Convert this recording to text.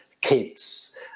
kids